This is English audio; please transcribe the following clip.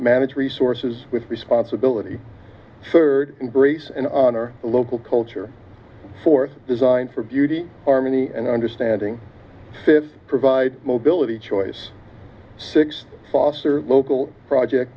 manage resources with responsibility third embrace and honor local culture fourth design for beauty harmony and understanding fifth provide mobility choice six foster local project